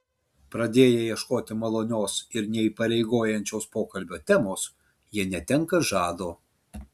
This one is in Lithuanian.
pradėję ieškoti malonios ir neįpareigojančios pokalbio temos jie netenka žado